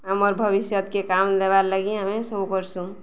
ଆମର୍ ଭବିଷ୍ୟତକେ କାମ ଦେବାର୍ ଲାଗି ଆମେ ସବୁ କରସୁଁ